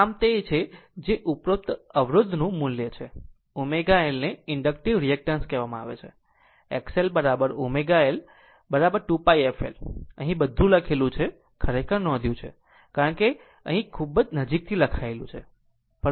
આમ આ તે છે જે ઉપરોક્ત અવરોધનું મુલ્ય છે ω L ને ઇન્ડકટીવ રિએક્ટન્ટ કહેવામાં આવે છે X L L ω 2πf L અહીં બધું લખાયેલું છે ખરેખર નોંધ્યું છે કારણ કે અહીં ખૂબ નજીકથી લખાયેલું છે